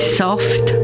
soft